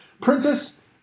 Princess